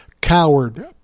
Coward